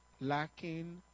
lacking